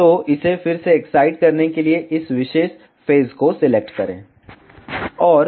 तो इसे फिर से एक्साइट करने के लिए इस विशेष फेज को सिलेक्ट करें